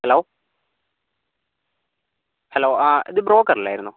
hello hello ആ ഇത് broker അല്ലായിരുന്നോ